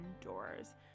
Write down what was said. indoors